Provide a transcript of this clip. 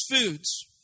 foods